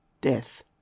death